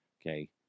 Okay